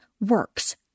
works